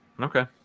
Okay